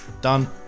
done